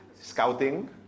Scouting